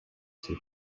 super